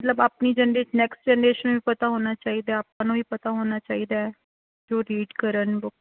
ਮਤਲਬ ਆਪਣੀ generation next generation ਨੂੰ ਵੀ ਪਤਾ ਹੋਣਾ ਚਾਹੀਦਾ ਆਪਾਂ ਨੂੰ ਇਹ ਪਤਾ ਹੋਣਾ ਚਾਹੀਦਾ ਜੋ ਰੀਡ ਕਰਨ ਬੁੱਕ